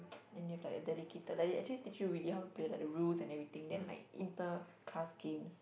and you have like a dedicated like they actually teach you really how to play like the rules and everything then like inter class games